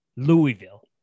Louisville